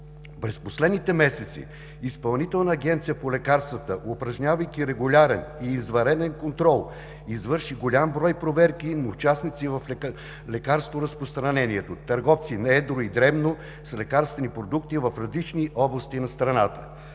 През последните месеци Изпълнителната агенция по лекарствата, упражнявайки регулярен и извънреден контрол, извърши голям брой проверки на участници в лекарстворазпространението – търговци на едро и дребно, с лекарствени продукти в различни области на страната.